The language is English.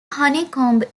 honeycomb